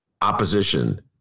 opposition